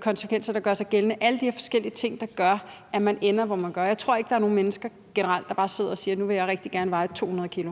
konsekvenser, der gør sig gældende, altså alle de her forskellige ting, der gør, at man ender, hvor man gør. Jeg tror ikke, der generelt set er nogen mennesker, der bare siger: Nu vil jeg rigtig gerne veje 200 kg.